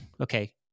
okay